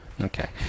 Okay